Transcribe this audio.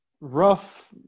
rough